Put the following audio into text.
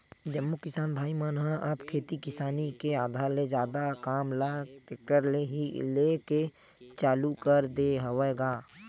जम्मो किसान भाई मन ह अब खेती किसानी के आधा ले जादा काम ल टेक्टर ले ही लेय के चालू कर दे हवय गा